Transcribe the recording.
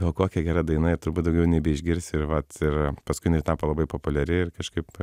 o kokia gera daina ir turbūt daugiau nebeišgirsiu ir vat ir paskui jinai tapo labai populiari ir kažkaip